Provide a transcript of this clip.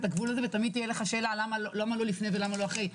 תמיד תהיה לך שאלה למה לא לפני ולמה לא אחרי.